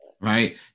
right